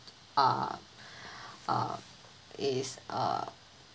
uh uh is uh